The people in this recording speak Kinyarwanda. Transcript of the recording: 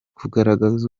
kugaragaza